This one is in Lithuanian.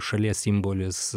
šalies simbolis